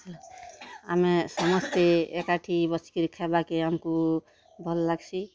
ଆମେ ସମସ୍ତେ ଏକାଠି ବସିକରି ଖାଇବାକେ ଆମକୁ ଭଲ୍ ଲାଗସି